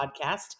podcast